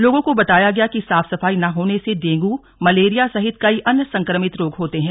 लोगों को बताया गया कि साफ सफाई न होने से डेंगू मलेरिया सहित कई अन्य संक्रमित रोग होते हैं